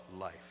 life